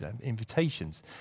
invitations